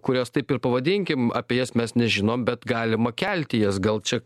kurias taip ir pavadinkim apie jas mes nežinom bet galima kelti jas gal čia